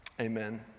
Amen